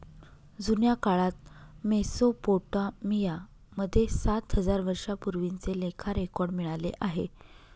जुन्या काळात मेसोपोटामिया मध्ये सात हजार वर्षांपूर्वीचे लेखा रेकॉर्ड मिळाले आहे